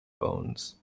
bones